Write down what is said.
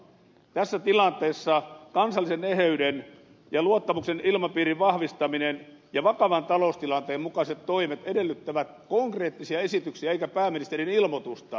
tässä tilanteessa kansallisen eheyden ja luottamuksen ilmapiirin vahvistaminen ja vakavan taloustilanteen mukaiset toimet edellyttävät konkreettisia esityksiä eivätkä pääministerin ilmoitusta